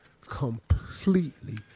completely